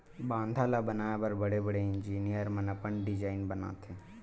बांधा ल बनाए बर बड़े बड़े इजीनियर मन अपन डिजईन बनाथे